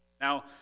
Now